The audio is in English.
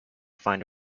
find